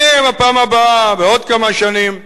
יהיה בפעם הבאה בעוד כמה שנים.